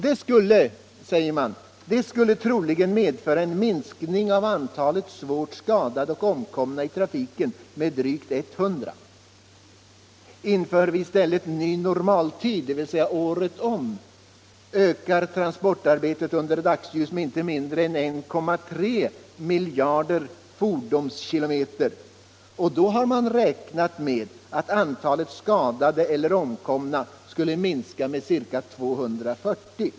Detta skulle troligen medföra en minskning av antalet svårt skadade och omkomna i trafiken med drygt 100 personer. Inför vi i stället ny normaltid året om ökar transportarbetet under dagsljus med icke mindre än 1,3 miljarder fordonskilometer, och då har man räknat med att antalet skadade eller omkomna skulle minska med ca 240.